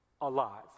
alive